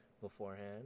beforehand